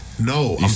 No